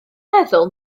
meddwl